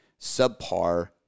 subpar